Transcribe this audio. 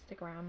Instagram